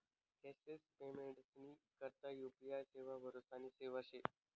cashless पेमेंटनी करता UPI सेवा भरोसानी सेवा शे